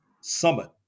summit